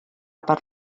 per